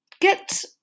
get